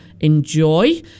enjoy